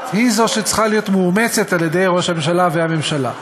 היא זו שצריכה להיות מאומצת על-ידי ראש הממשלה והממשלה.